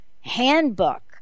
handbook